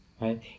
right